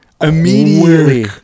immediately